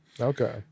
Okay